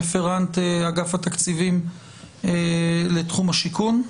רפרנט אגף תקציבים בתחום השיכון,